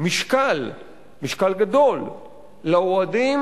משקל גדול לאוהדים,